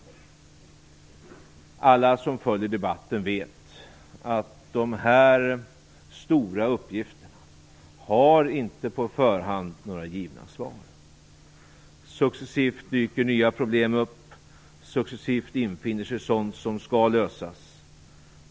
Alla som följer debatten vet att de här stora uppgifterna inte har några på förhand givna svar. Successivt dyker nya problem upp, successivt infinner sig sådant som skall lösas.